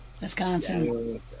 Wisconsin